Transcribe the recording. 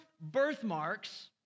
birthmarks